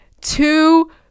two